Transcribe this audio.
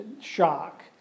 shock